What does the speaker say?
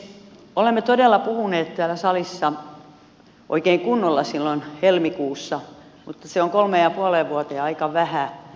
olemme todella puhuneet täällä salissa oikein kunnolla silloin helmikuussa mutta se on kolmeen ja puoleen vuoteen aika vähän